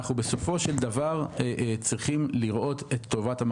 אנחנו רוצים לעשות סיבוב לפחות ראשוני קצר ככה שכל אחד ייתן,